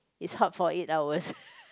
it's hot for eight hours